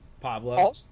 Pablo